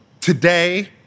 today